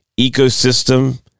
ecosystem